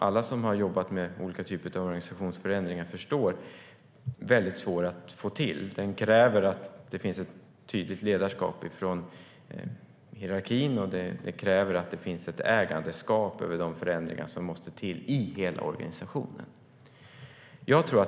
Alla som har jobbat med olika typer av organisationsförändringar förstår att det är svårt att få till en kulturförändring. Den kräver att det finns ett tydligt ledarskap från hierarkin, och det kräver att det finns ett ägandeskap över de förändringar som måste till i hela organisationen.